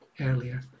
earlier